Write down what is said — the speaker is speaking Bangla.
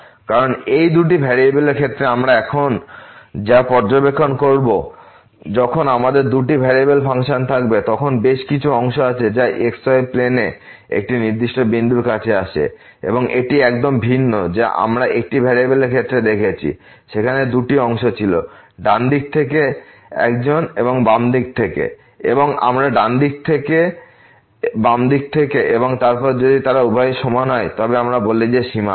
কারণ এই দুটি ভেরিয়েবলের ক্ষেত্রে আমরা এখন যা পর্যবেক্ষণ করব যখন আমাদের দুটি ভেরিয়েবলের ফাংশন থাকবে তখন বেশ কিছু অংশ আছে যা xy প্লেনে একটি নির্দিষ্ট বিন্দুর কাছে আসে এবং এটি একদম ভিন্ন যা আমরা একটি ভেরিয়েবলের ক্ষেত্রে দেখেছি যেখানে দুটি অংশ ছিল ডান দিক থেকে একজন বাম দিক থেকে এবং আমরা ডান দিক থেকে বাম দিক থেকে এবং তারপর যদি তারা উভয়ই সমান হয় তবে আমরা বলি যে সীমা আছে